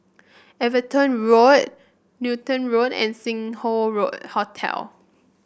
Everton Road Newton Road and Sing Hoe road Hotel